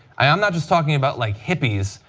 i'm not just talking about like hippies,